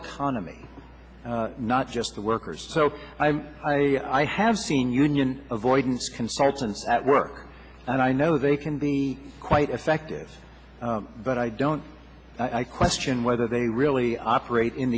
autonomy not just the workers so i'm i i have seen union avoidance consultants at work and i know they can be quite effective but i don't i question whether they really operate in